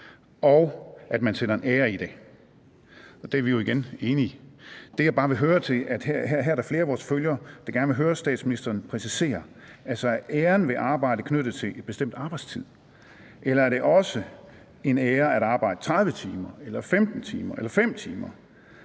og at man sætter en ære i det. Det er vi jo igen enige om. Jeg vil bare gerne høre mere om det, for her er der flere af vore følgere, der gerne vil høre statsministeren præcisere det. Er æren ved arbejde knyttet til en bestemt arbejdstid, eller er det også en ære at arbejde 30 timer eller 15 timer eller 5 timer,